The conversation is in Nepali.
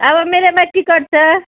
अब मेरोमा टिकट छ